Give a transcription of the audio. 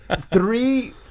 three